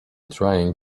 trying